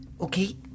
Okay